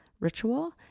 Ritual